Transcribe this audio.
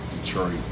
Detroit